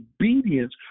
obedience